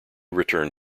returned